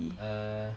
err